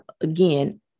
again